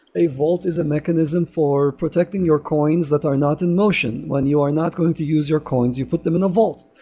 a vault is a mechanism for protecting your coins that are not in motion. when you are not going to use your coins, you put them in a vault.